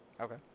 Okay